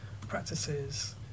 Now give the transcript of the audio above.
practices